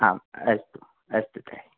आम् अस्तु अस्तु तर्हि